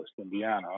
Indiana